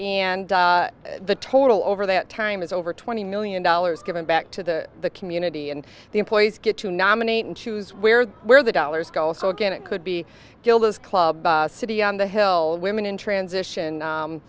and the total over that time is over twenty million dollars given back to the community and the employees get to nominate and choose where where the dollars go so again it could be gilda's club city on the hill women in transition